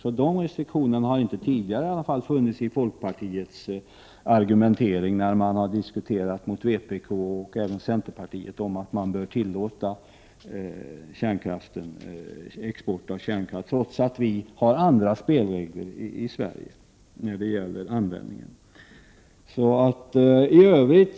Sådana restriktioner har tidigare inte funnits i folkpartiets argumentering mot vpk och centerpartiet om att man bör tillåta export av kärnkraftsteknologi, trots att vi i Sverige har andra spelregler när det gäller användningen av kärnkraft.